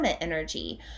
energy